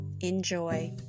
Enjoy